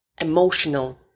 emotional